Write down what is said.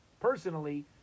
personally